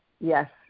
Yes